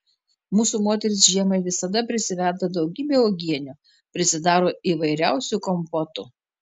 mūsų moterys žiemai visada prisiverda daugybę uogienių prisidaro įvairiausių kompotų